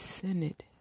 Senate